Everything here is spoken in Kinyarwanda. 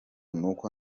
nuko